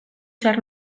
zer